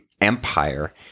Empire